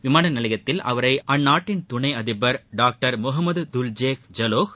விமான நிலையத்தில் அவரை அந்நாட்டின் துணை அதிபர் டாக்டர் முகமது ஜுலே தலோஹ்